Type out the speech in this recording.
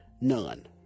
none